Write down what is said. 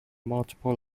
multiple